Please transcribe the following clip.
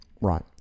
Right